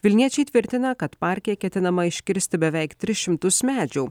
vilniečiai tvirtina kad parke ketinama iškirsti beveik tris šimtus medžių